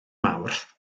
mawrth